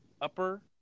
upper